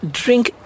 drink